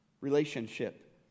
relationship